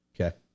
Okay